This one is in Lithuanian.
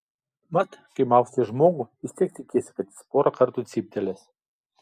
mat kai maustai žmogų vis tiek tikiesi kad jis porą kartų cyptelės